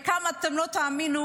חלקם, אתם לא תאמינו,